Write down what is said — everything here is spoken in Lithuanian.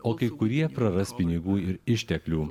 o kai kurie praras pinigų ir išteklių